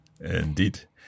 Indeed